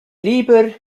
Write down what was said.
lieber